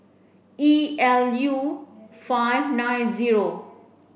E L U five nine zero